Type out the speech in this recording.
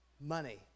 money